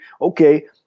okay